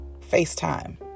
FaceTime